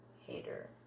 hater